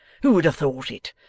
who would have thought it!